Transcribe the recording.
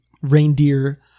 reindeer